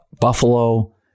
Buffalo